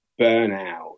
burnout